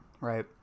right